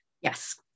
yes